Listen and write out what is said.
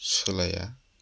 सोलाया